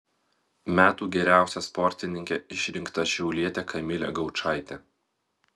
metų geriausia sportininke išrinkta šiaulietė kamilė gaučaitė